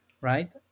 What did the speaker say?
right